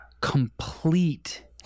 Complete